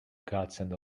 godsend